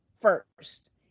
first